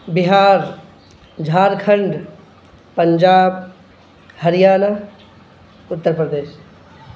Bihar Jharkhand Punjab Haryana Uttar Pradesh